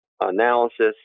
analysis